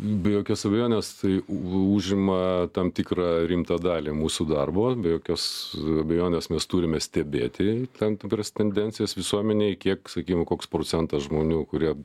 be jokios abejonės tai užima tam tikrą rimtą dalį mūsų darbo be jokios abejonės mes turime stebėti tam tikras tendencijas visuomenėj kiek sakykim koks procentas žmonių kurie